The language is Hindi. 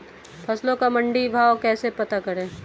फसलों का मंडी भाव कैसे पता करें?